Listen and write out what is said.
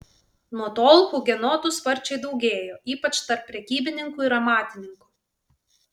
nuo tol hugenotų sparčiai daugėjo ypač tarp prekybininkų ir amatininkų